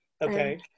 okay